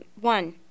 one